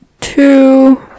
two